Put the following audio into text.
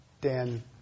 Dan